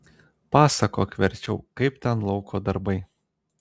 pasakok verčiau kaip ten lauko darbai